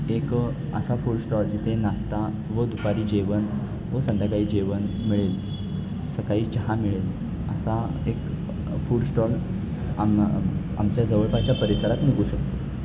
एक असा food stall जिथे नाश्ता व दुपारी जेवण व संध्याकाळी जेवण मिळेल सकाळी चहा मिळेल असा एक फूड स्टॉल आम आमच्या जवळपासच्या परिसरात निघू शकतो